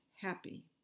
happy